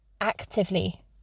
actively